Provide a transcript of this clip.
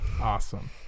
Awesome